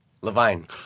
Levine